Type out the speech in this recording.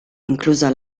inclusa